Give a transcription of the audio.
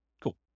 Cool